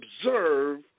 observe